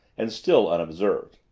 and still unobserved.